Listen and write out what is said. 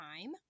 time